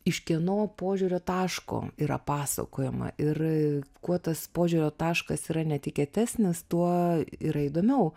iš kieno požiūrio taško yra pasakojama ir kuo tas požiūrio taškas yra netikėtesnis tuo yra įdomiau